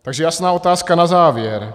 Takže jasná otázka na závěr.